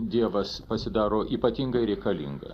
dievas pasidaro ypatingai reikalingas